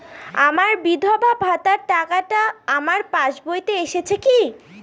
আমার বিধবা ভাতার টাকাটা আমার পাসবইতে এসেছে কি?